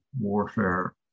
warfare